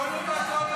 במחשבים הורידו את זה.